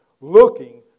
Looking